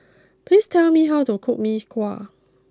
please tell me how to cook Mee Kuah